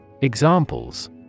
Examples